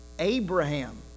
Abraham